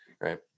right